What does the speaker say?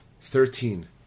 Thirteen